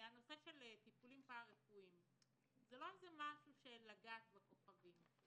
נושא הטיפולים הפרה-רפואיים זה לא משהו של לגעת בכוכבים.